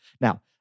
Now